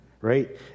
right